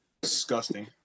Disgusting